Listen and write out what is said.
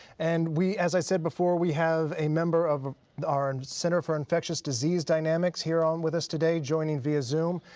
and as i said before, we have a member of our and center for infectious disease dynamics here on with us today joining via zoom.